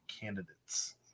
candidates